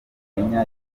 kenya